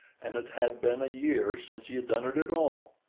and it had been a year since he had done it at all.